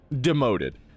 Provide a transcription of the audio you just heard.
demoted